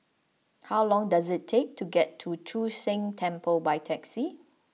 how long does it take to get to Chu Sheng Temple by taxi